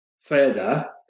further